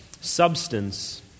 substance